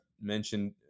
mentioned